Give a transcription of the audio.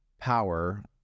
power